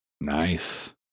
Nice